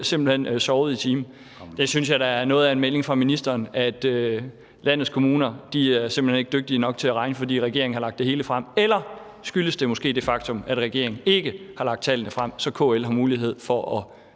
simpelt hen sovet i timen. Det synes jeg da er noget af en melding fra ministeren, at landets kommuner simpelt hen ikke er dygtige nok til at regne, for regeringen har lagt det hele frem. Eller skyldes det måske det faktum, at regeringen ikke har lagt tallene frem, så KL dermed ikke har mulighed for at